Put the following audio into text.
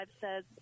says